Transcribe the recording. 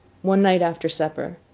one night after supper,